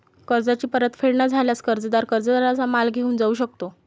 कर्जाची परतफेड न झाल्यास, कर्जदार कर्जदाराचा माल घेऊन जाऊ शकतो